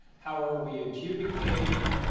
how are we adjudicating?